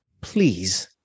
please